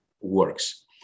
works